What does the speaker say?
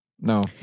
No